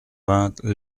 vingt